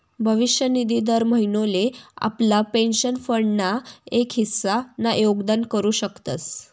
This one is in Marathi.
भविष्य निधी दर महिनोले आपला पेंशन फंड ना एक हिस्सा ना योगदान करू शकतस